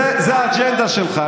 זו האג'נדה שלך.